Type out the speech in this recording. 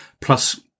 plus